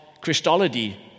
Christology